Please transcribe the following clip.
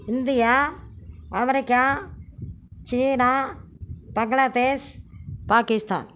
India America China Bangladesh Pakistan